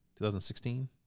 2016